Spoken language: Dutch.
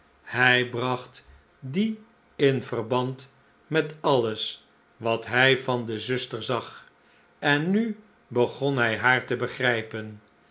hij bracht die in verband met alles wat hij van de zuster zag en nu begon hij haar te begrjpen